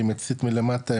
עם מצית מלמטה,